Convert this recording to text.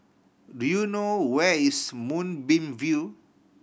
do you know where is Moonbeam View